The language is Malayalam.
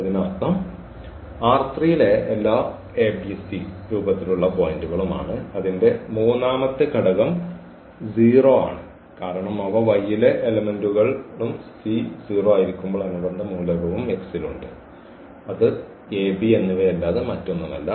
അതിനർത്ഥം ലെ എല്ലാ പോയിന്റുകളും ആണ് അതിന്റെ മൂന്നാമത്തെ ഘടകം 0 ആണ് കാരണം അവ Y ലെ എലെമെന്റുകൾഉം c 0 ആയിരിക്കുമ്പോൾ അനുബന്ധ മൂലകവും X ൽ ഉണ്ട് ഇത് a b എന്നിവയല്ലാതെ മറ്റൊന്നുമല്ല